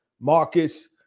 Marcus